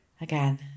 Again